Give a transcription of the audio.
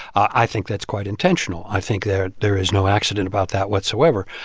i think that's quite intentional. i think there there is no accident about that whatsoever.